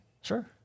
Sure